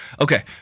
Okay